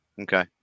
Okay